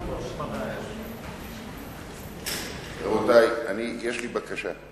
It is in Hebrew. לך, רבותי, יש לי בקשה.